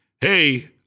Hey